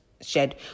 shed